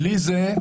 בלי זה,